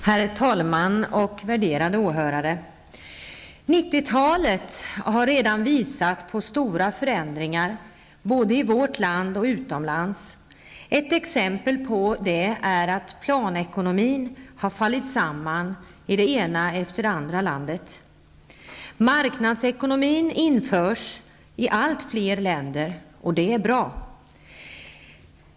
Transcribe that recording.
Herr talman, värderade åhörare! 1990-talet har redan visat på stora förändringar både i vårt land och utomlands. Ett exempel på det är att planekonomin fallit samman i det ena landet efter det andra. Marknadsekonomin införs i allt fler länder. Det är bra.